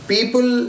People